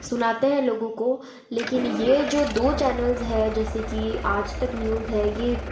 सुनाते हैं लोगों को लेकिन यह जो दो चैनल्स हैं जैसे कि आजतक न्यूज हैं यह